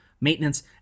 maintenance